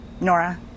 Nora